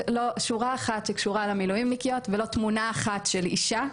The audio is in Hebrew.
לא שורה אחת שקשורה למילואמניקיות ולא תמונה אחת של אישה,